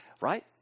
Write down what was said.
right